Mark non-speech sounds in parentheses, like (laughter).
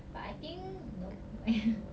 but I think nope (laughs)